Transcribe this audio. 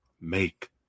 Make